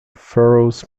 ferrous